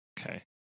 Okay